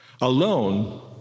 Alone